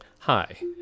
Hi